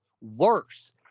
worse